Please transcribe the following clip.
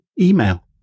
email